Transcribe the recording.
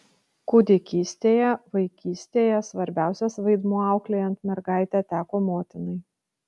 kūdikystėje vaikystėje svarbiausias vaidmuo auklėjant mergaitę teko motinai